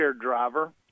driver